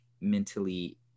mentally